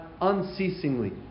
unceasingly